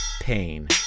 Pain